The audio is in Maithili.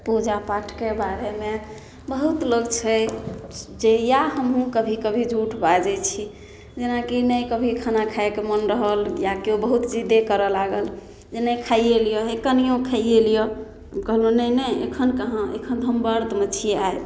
पूजापाठके बारेमे बहुत लोक छै जे या हमहूँ कभी कभी झूठ बाजै छी जेनाकि नहि कभी खाना खाइके मोन रहल या केओ बहुत जिदे करऽ लागल जे नहि खाइए लिअऽ कनिओ खाइए लिअऽ हम कहलहुँ नहि नहि एखन कहाँ एखन तऽ हम वर्तमे छी आइ